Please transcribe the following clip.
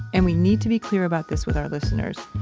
and we need to be clear about this with our listeners.